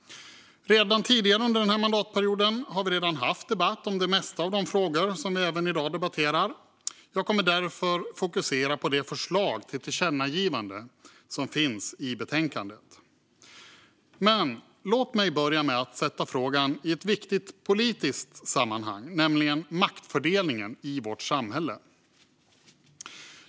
Under denna mandatperiod har vi redan haft debatt om de flesta av de frågor som vi även i dag debatterar. Jag kommer därför att fokusera på det förslag till tillkännagivande som finns i betänkandet. Men låt mig börja med att sätta in frågan i ett viktigt politiskt sammanhang, nämligen maktfördelningen i vårt samhälle.